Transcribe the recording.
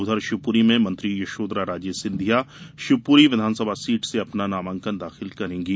उधर शिवपुरी में मंत्री यशोधरा राजे सिंधिया शिवपुरी विधानसभा सीट से अपना नामांकन दाखिल करेंगे